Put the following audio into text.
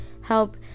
help